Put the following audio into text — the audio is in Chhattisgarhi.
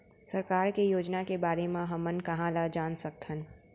सरकार के योजना के बारे म हमन कहाँ ल जान सकथन?